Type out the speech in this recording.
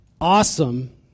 awesome